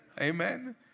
Amen